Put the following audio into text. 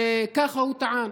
וככה הוא טען: